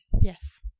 Yes